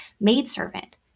maidservant